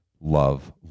love